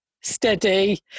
steady